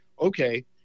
okay